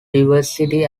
diversity